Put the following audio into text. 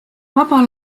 vaba